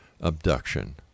abduction